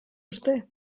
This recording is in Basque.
uste